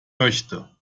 möchte